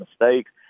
mistakes